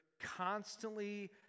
constantly